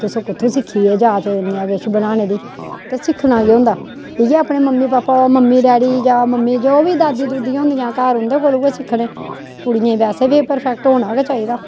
तुस कु'त्थूं सिक्खी एह् जाच इ'न्ना किश बनाने दी ते सिक्खना केह् होंदा इ'यै अपने मम्मी भापा मम्मी डैडी जां मम्मी जो बी दादी दुदियां होंदियां घर उं'दे कोलो गै सिक्खने कुड़ियें ई वैसे बी परफेक्ट होना गै चाहिदा